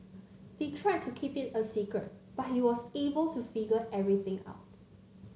they tried to keep it a secret but he was able to figure everything out